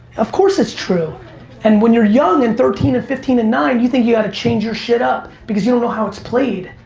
of course it's true and when you're young and thirteen and fifteen and nine, you think you gotta change your shit up because you don't know how it's played.